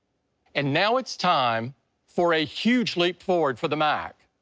and now it's time for a huge leap forward for the mac,